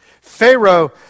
Pharaoh